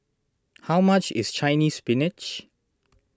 how much is Chinese Spinach